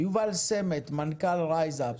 יובל סמט, מנכ"ל רייזאפ,